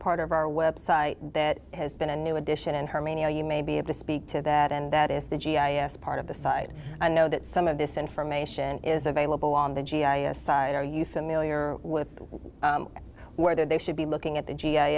part of our website that has been a new addition and hermia you maybe have to speak to that and that is the g i s part of the side i know that some of this information is available on the g i s side are you familiar with where they should be looking at the g i